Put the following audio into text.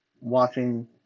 watching